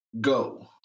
go